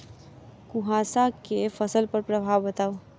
कुहासा केँ फसल पर प्रभाव बताउ?